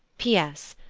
p. s.